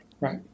Right